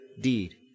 deed